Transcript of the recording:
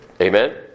Amen